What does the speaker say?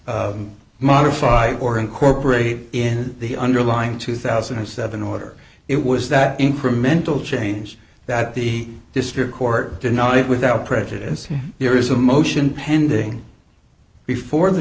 to modify or incorporated in the underlying two thousand and seven order it was that incremental change that the district court denied without prejudice there is a motion pending before the